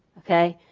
okay.